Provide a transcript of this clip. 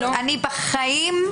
אני בחיים,